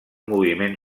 moviment